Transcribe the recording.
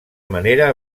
manera